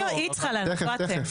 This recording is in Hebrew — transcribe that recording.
היא צריכה לענות,